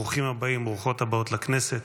ברוכים הבאים, ברוכות הבאות לכנסת.